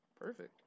Perfect